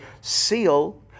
seal